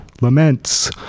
laments